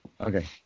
Okay